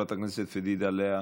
חברת הכנסת פדידה לאה,